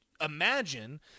imagine